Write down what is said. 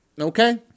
Okay